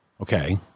okay